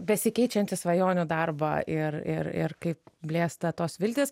besikeičiantį svajonių darbą ir ir ir kaip blėsta tos viltys